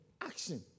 Action